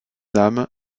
nam